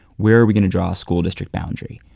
where are we going to draw a school district boundary?